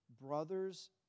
brothers